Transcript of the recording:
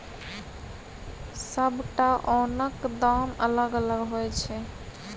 सबटा ओनक दाम अलग अलग होइ छै